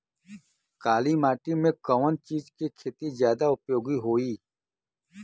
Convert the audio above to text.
काली माटी में कवन चीज़ के खेती ज्यादा उपयोगी होयी?